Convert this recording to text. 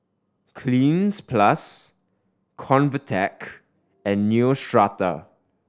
Cleanz Plus Convatec and Neostrata